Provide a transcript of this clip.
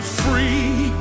free